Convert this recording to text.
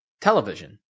Television